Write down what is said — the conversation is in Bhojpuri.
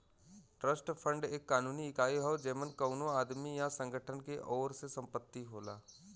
ट्रस्ट फंड एक कानूनी इकाई हौ जेमन कउनो आदमी या संगठन के ओर से संपत्ति होला